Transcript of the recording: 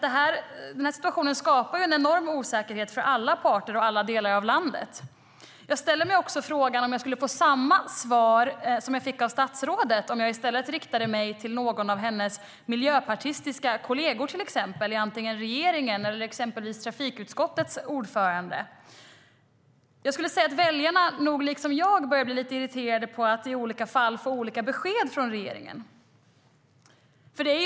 Denna situation skapar en enorm osäkerhet för alla parter och alla delar av landet. Jag ställer mig också frågan om jag skulle få samma svar som jag fick av statsrådet om jag i stället riktade mig till någon av hennes miljöpartistiska kolleger i regeringen eller till trafikutskottets ordförande. Väljarna börjar nog liksom jag bli lite irriterade på att i olika fall få olika besked från regeringen.